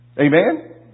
Amen